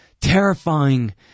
terrifying